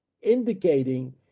indicating